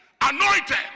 anointed